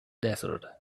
desert